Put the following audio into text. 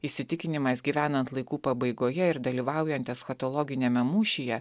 įsitikinimais gyvenant laikų pabaigoje ir dalyvaujant eschatologiniame mūšyje